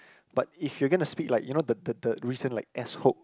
but if you gonna speak like you know the the the recent like S hook